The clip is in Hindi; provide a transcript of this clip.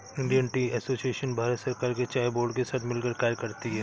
इंडियन टी एसोसिएशन भारत सरकार के चाय बोर्ड के साथ मिलकर कार्य करती है